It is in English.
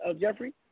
Jeffrey